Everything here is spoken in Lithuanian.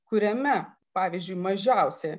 kuriame pavyzdžiui mažiausia